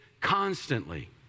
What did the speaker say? constantly